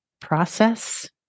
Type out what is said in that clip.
process